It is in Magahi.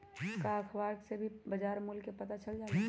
का अखबार से भी बजार मूल्य के पता चल जाला?